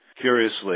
curiously